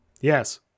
Yes